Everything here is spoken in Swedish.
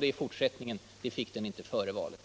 - det fick den inte före valet.